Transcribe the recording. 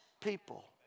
people